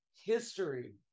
history